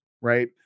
right